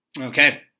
Okay